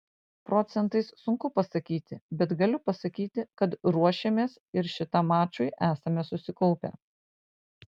procentais sunku pasakyti bet galiu pasakyti kad ruošėmės ir šitam mačui esame susikaupę